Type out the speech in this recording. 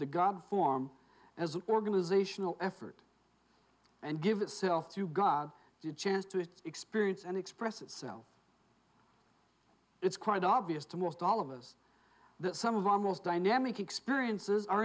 the god form as an organizational effort and give itself to god the chance to experience and express itself it's quite obvious to most all of us that some of our most dynamic experiences are